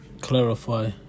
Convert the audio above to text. Clarify